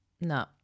No